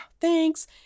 thanks